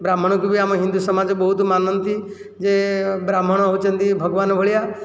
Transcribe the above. ବ୍ରାହ୍ମଣଙ୍କୁ ବି ଆମ ହିନ୍ଦୁସମାଜ ବହୁତ ମାନନ୍ତି ଯେ ବ୍ରାହ୍ମଣ ହେଉଛନ୍ତି ଭଗବାନ ଭଳିଆ